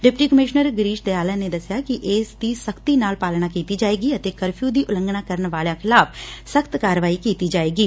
deputy commissioner Girish Dayalan ਨੇ ਦਸਿਆ ਕਿ ਇਸ ਦੀ ਸਖ਼ਤੀ ਨਾਲ ਪਾਲਣਾ ਕੀਤੀ ਜਾਏਗੀ ਅਤੇ ਕਰਫਿਉ ਦੀ ਉਲੰਘਣਾ ਕਰਨ ਵਾਲਿਆਂ ਖਿਲਾਫ਼ ਸਖ਼ਤ ਕਾਰਵਾਈ ਕੀਤੀ ਜਾਏਗੀ